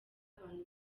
abantu